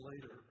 later